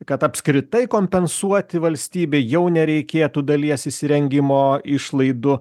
kad apskritai kompensuoti valstybei jau nereikėtų dalies įsirengimo išlaidų